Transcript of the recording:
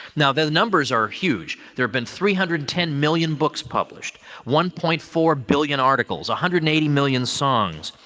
now, the numbers are huge. there have been three hundred and ten million books published, one point four billion articles, a hundred eighty million songs,